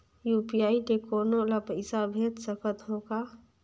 UPI ले कोनो ला पइसा भेज सकत हों का?